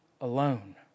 alone